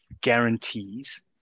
guarantees